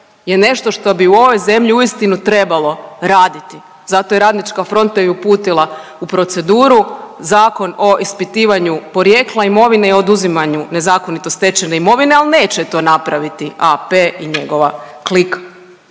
je nešto što bi u ovoj zemlji uistinu trebalo raditi zato je Radnička fronta i uputila u proceduru Zakon o ispitivanju porijekla imovine i oduzimanju nezakonito stečene imovine, ali neće to napraviti AP i njega klika.